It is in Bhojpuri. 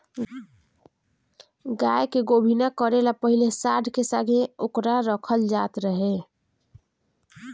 गाय के गोभिना करे ला पाहिले सांड के संघे ओकरा के रखल जात रहे